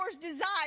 desire